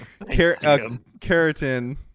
Keratin